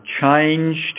changed